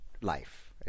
life